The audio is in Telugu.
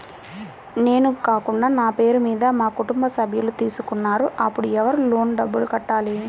నేను కాకుండా నా పేరు మీద మా కుటుంబ సభ్యులు తీసుకున్నారు అప్పుడు ఎవరు లోన్ డబ్బులు కట్టాలి?